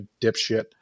dipshit